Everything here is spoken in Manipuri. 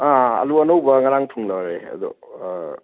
ꯑꯥ ꯑꯂꯨ ꯑꯅꯧꯕ ꯉꯔꯥꯡ ꯊꯨꯡꯂꯔꯦ ꯑꯗꯣ